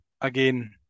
again